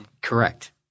Correct